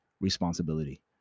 responsibility